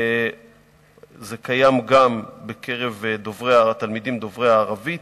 זה קיים גם בקרב התלמידים דוברי הערבית,